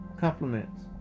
compliments